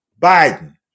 Biden